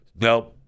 nope